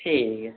ठीक ऐ